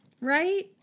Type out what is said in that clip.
right